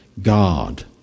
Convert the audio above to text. God